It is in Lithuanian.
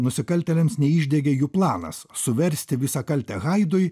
nusikaltėliams neišdegė jų planas suversti visą kaltę haidui